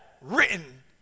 written